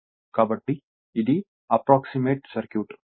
కాబట్టి ఇది approximate circuit